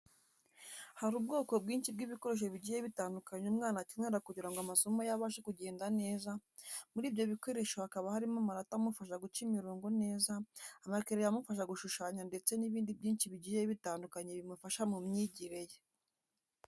Hari ubwoko bwinshi bw’ibikoresho bigiye bitandukanye umwana akenera kugira ngo amasomo ye abashe kugenda neza, muri ibyo bikoresho hakaba harimo amarati amufasha guca imirongo neza, amakereyo amufasha gushushanya ndetse n’ibindi byinshi bigiye bitandukanye bimufasha mu myigire ye.